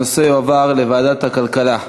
הנושא יועבר לוועדת הכלכלה.